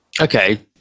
Okay